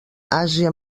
àsia